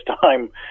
time